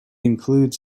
includes